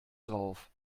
drauf